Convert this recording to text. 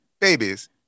babies